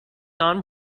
non